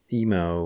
emo